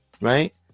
right